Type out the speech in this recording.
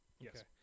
Yes